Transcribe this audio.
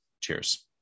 Cheers